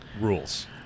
rules